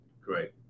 great